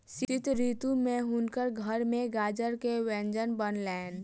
शीत ऋतू में हुनकर घर में गाजर के व्यंजन बनलैन